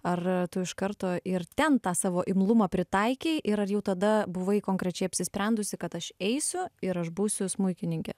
ar tu iš karto ir ten tą savo imlumą pritaikei ir ar jau tada buvai konkrečiai apsisprendusi kad aš eisiu ir aš būsiu smuikininkė